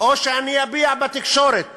או שאני אביע בתקשורת